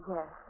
Yes